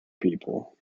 people